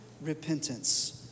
repentance